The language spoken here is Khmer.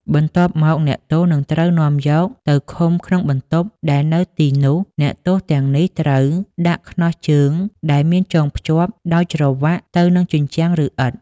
បន្ទាប់មកអ្នកទោសនឹងត្រូវនាំយកទៅឃុំក្នុងបន្ទប់ ដែលនៅទីនោះអ្នកទោសទាំងនេះត្រូវ ដាក់ខ្នោះជើងដែលមានចងភ្ជាប់ដោយច្រវាក់ទៅនឹងជញ្ជាំងឬឥដ្ឋ។